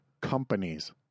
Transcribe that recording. companies